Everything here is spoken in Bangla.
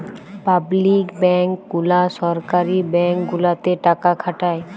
পাবলিক ব্যাংক গুলা সরকারি ব্যাঙ্ক গুলাতে টাকা খাটায়